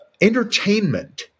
entertainment